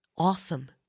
Awesome